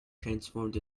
transformed